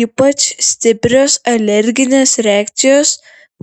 ypač stiprios alerginės reakcijos